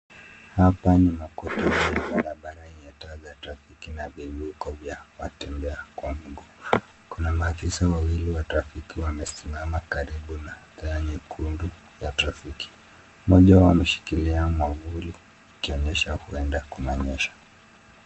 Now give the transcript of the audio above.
Hapa ni makutano ya barabara yenye taa za trafiki na vivuko vya watembea kwa miguu. Kuna maafisa wawili wa trafiki wamesimama karibu na taa nyekundu ya trafiki. Mmoja wao ameshikilia mwavuli ikionyesha huenda kunanyesha.